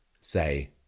say